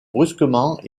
brusquement